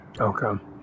Okay